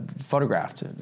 photographed